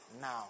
Now